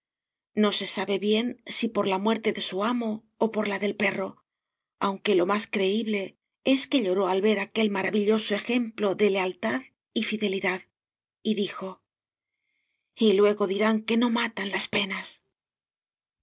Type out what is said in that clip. no se sabe bien si por la muerte de su amo o por la del perro aunque lo más creíble es que lloró al ver aquel maravilloso ejemplo de lealtad y fidelidad y dijo y luego dirán que no matan las penas